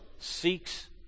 seeks